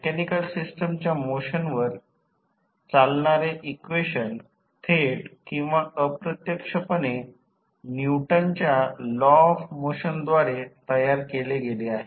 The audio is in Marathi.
मेकॅनिकल सिस्टमच्या मोशनवर चालणारे इक्वेशन थेट किंवा अप्रत्यक्षपणे न्यूटनच्या लॉ ऑफ मोशनद्वारे तयार केले गेले आहेत